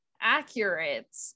accurate